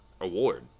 award